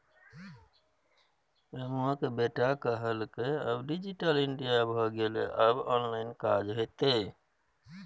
रमुआक बेटा कहलकै आब डिजिटल इंडिया भए गेलै आब ऑनलाइन काज हेतै